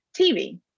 TV